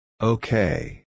Okay